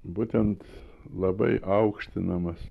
būtent labai aukštinamas